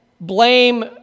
blame